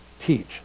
teach